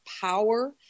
power